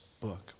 book